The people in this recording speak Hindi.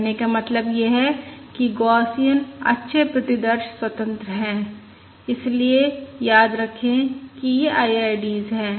कहने का मतलब यह है कि गौसियन अच्छे प्रतिदर्श स्वतंत्र हैं इसलिए याद रखें कि ये IIDs हैं